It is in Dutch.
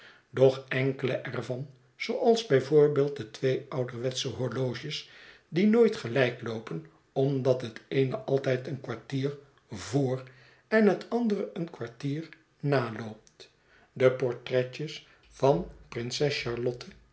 doch enkele er van zooals bij voorbeeld de twee ouderwetsche horloges die nooit gelijk loopen omdat het eene altijd een kwartier voor en het andere een kwartier na loopt de portretjes van prinses charlotte